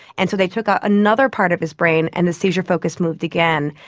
and so they took out another part of his brain and the seizure focus moved again.